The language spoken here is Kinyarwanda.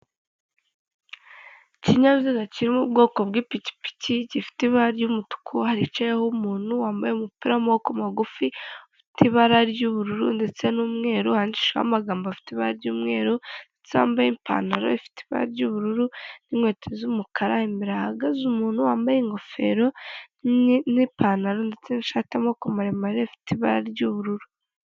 Ikinyabiziga kiri mu ubwoko bw'ipikipiki, gifite ibara ry'umutuku hicayeho umuntu wambaye umupira w'amaboko magufi, ufite ibara ry'ubururu ndetse n'umweru, handikishijeho amagambo afite ibara ry'umweru ndetse wambaye ipantaro ifite ibara ry'ubururu n'inkweto z'umukara, imbere hahagaze umuntu wambaye ingofero n'ipantaro ndetse ishati y'amaboko maremare afite ibara ry'ubururu.